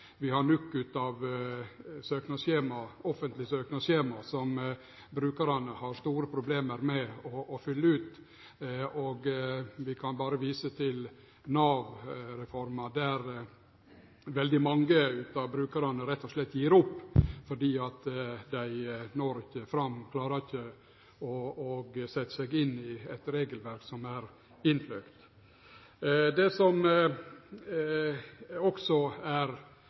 Vi har nok av offentlege søknadsskjema som brukarane har store problem med å fylle ut. Vi kan berre sjå på Nav-reforma, som viser at mange av brukarane rett og slett gjev opp fordi dei ikkje klarar å setje seg inn i eit regelverk som er innfløkt. Det som også ligg i saka, er